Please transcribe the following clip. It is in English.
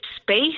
space